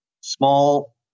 small